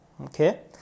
okay